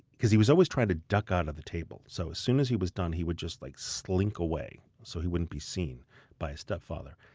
because he was always trying to duck out of the table so as soon as he was done he would just like slink away so he wouldn't be seen by his stepfather.